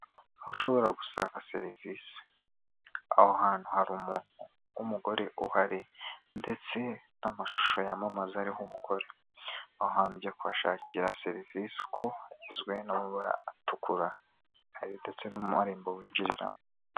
Aho ushobora gusanga serivisi. Aho hantu hari umugore uhari, ndetse n'amashusho yamamaza ariho umugore. Aha hantu ujya kuhashakira serivisi kuko hagizwe n'amabara atukura. Hari ndetse n'amarembo winjiriramo.